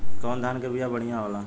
कौन धान के बिया बढ़ियां होला?